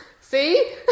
See